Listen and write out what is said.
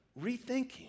rethinking